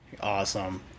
Awesome